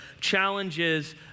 challenges